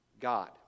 God